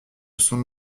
son